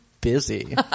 busy